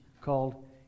called